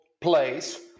place